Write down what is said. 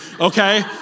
Okay